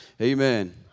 Amen